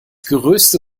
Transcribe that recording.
größte